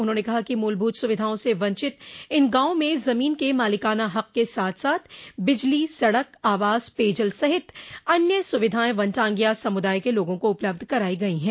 उन्होंने कहा कि मूलभूत सुविधाओं से वंचित इन गांवों में ज़मीन के मालिकाना हक़ के साथ साथ बिजली सड़क आवास पेयजल सहित अन्य सुविधाएं वनटांगिया समुदाय के लोगों को उपलब्ध कराई गई हैं